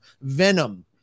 venom